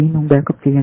ను బ్యాకప్ చేయండి